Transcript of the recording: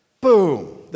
Boom